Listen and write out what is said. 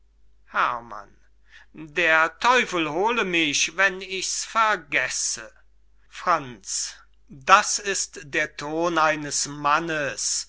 herrmann der teufel hole mich wenn ich's vergesse franz das ist der ton eines mann's